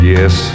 Yes